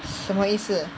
什么意思